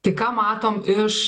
tai ką matom iš